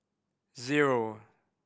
zero